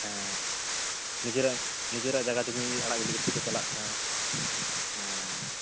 ᱦᱮᱸ ᱱᱤᱡᱮᱨᱮᱱ ᱱᱤᱡᱮᱨᱟᱜ ᱡᱟᱭᱜᱟ ᱡᱩᱢᱤ ᱟᱲᱟᱜ ᱜᱤᱰᱤ ᱠᱟᱛᱮᱫ ᱠᱚ ᱪᱟᱞᱟᱜ ᱠᱟᱱᱟ ᱦᱮᱸ